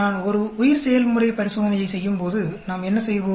நான் ஒரு உயிர்செயல்முறை பரிசோதனையைச் செய்யும்போது நாம் என்ன செய்வோம்